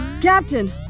Captain